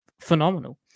phenomenal